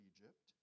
Egypt